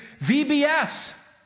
VBS